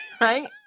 right